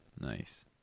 Nice